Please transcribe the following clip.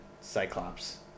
cyclops